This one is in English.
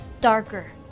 darker